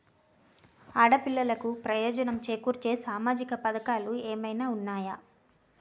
ఆడపిల్లలకు ప్రయోజనం చేకూర్చే సామాజిక పథకాలు ఏమైనా ఉన్నాయా?